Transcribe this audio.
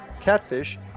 catfish